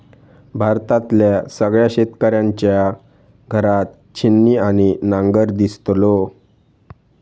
भारतातल्या सगळ्या शेतकऱ्यांच्या घरात छिन्नी आणि नांगर दिसतलो